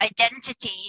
identity